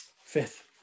Fifth